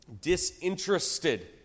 disinterested